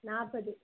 நாற்பது